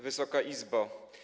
Wysoka Izbo!